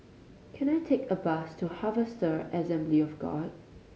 can I take a bus to Harvester Assembly of God